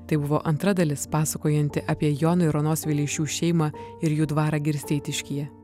tai buvo antra dalis pasakojanti apie jono ir onos vileišių šeimą ir jų dvarą girsteitiškyje